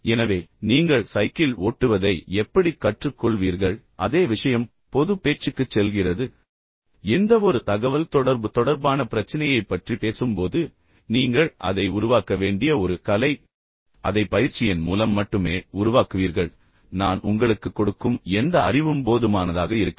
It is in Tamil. எனவே நீங்கள் சைக்கிள் ஓட்டுவதை எப்படிக் கற்றுக்கொள்வீர்கள் அதே விஷயம் பொதுப் பேச்சுக்குச் செல்கிறது எந்தவொரு தகவல்தொடர்பு தொடர்பான பிரச்சினையை பற்றி பேசும் போது நீங்கள் அதை உருவாக்க வேண்டிய ஒரு கலை நீங்கள் அதை பயிற்சியின் மூலம் மட்டுமே உருவாக்குவீர்கள் நான் உங்களுக்குக் கொடுக்கும் எந்த அறிவும் போதுமானதாக இருக்காது